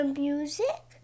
music